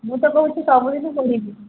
ମୁଁ ତ କହୁଛି ସବୁଦିନ ପଢ଼ିବି